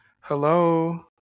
Hello